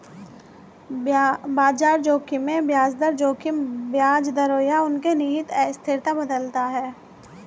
बाजार जोखिम में ब्याज दर जोखिम ब्याज दरों या उनके निहित अस्थिरता बदलता है